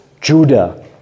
Judah